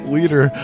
Leader